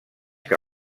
que